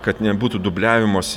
kad nebūtų dubliavimosi